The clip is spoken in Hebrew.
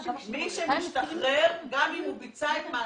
אסיר לא צריך לשלם דמי ביטוח,